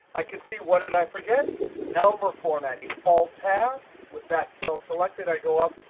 i can see what did i forget? number formatting. alt-tab, with that cell selected, i go up,